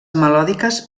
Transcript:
melòdiques